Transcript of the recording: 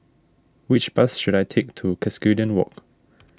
which bus should I take to Cuscaden Walk